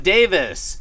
Davis